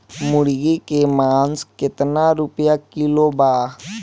मुर्गी के मांस केतना रुपया किलो बा?